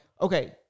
Okay